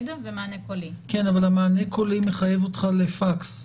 אבל המענה קולי מחייב אותך לפקס,